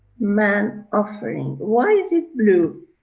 man offering. why is it blue?